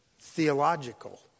theological